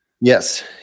Yes